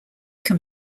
can